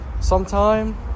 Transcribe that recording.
sometime